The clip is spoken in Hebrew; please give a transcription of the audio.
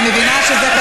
למה אתה עושה את זה?